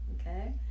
okay